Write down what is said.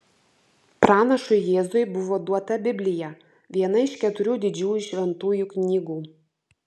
pranašui jėzui buvo duota biblija viena iš keturių didžiųjų šventųjų knygų